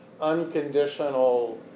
unconditional